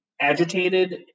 agitated